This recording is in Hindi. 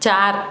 चार